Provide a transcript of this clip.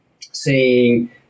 seeing